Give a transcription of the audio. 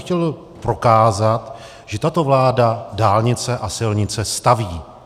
Chtěl bych prokázat, že tato vláda dálnice a silnice staví.